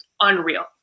Unreal